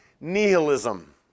nihilism